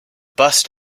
bust